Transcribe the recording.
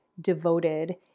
devoted